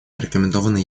рекомендованный